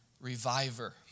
reviver